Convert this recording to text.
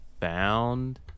found